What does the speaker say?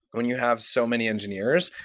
when you have so many engineers,